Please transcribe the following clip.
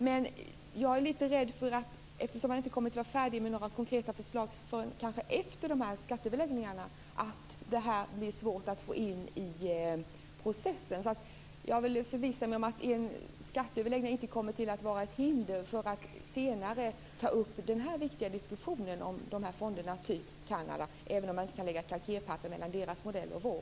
Men eftersom man inte kommer att vara färdig med några konkreta förslag förrän efter dessa skatteöverläggningar är jag rädd att det blir svårt att få in det här i processen. Jag vill förvissa mig om att skatteöverläggningarna inte kommer att vara ett hinder för att man senare skall kunna ta upp den här viktiga diskussionen om de här fonderna som finns i t.ex. Kanada, även om man inte kan lägga kalkerpapper mellan den modellen och vår.